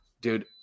dude